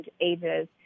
ages